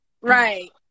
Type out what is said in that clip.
Right